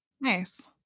nice